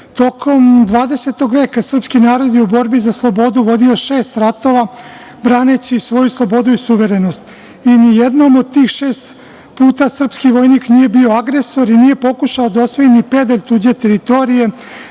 mnogo. Tokom 20. veka srpski narod je u borbi za slobodu vodio šest ratova braneći svoju slobodu i svoju suverenost. Ni jednom od tih šest puta srpski vojnik nije bio agresor i nije pokušao da osvoji ni pedalj tuđe teritorije,